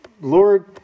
Lord